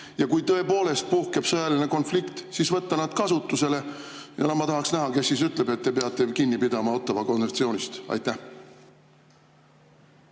ja kui tõepoolest puhkeb sõjaline konflikt, siis võtta nad kasutusele? Ma tahaks näha, kes siis ütleb, et te peate kinni pidama Ottawa konventsioonist. Meil